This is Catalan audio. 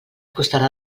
costarà